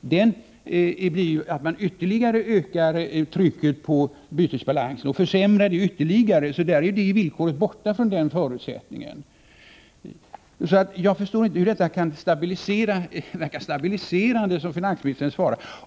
blir att man ökar trycket på bytesbalansen och försämrar den ytterligare. Därmed är detta villkor borta från förutsättningarna. Jag förstår inte hur detta kan verka stabiliserande, som finansministern svarar.